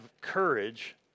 courage